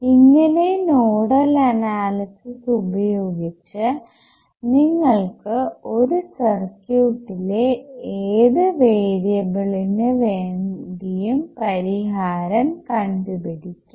ഇങ്ങനെ nodal analysis ഉപയോഗിച്ച് നിങ്ങൾക്ക് ഒരു സർക്യൂട്ടിലെ ഏത് വേരിയബിളിന് വേണ്ടിയും പരിഹാരം കണ്ടുപിടിക്കാം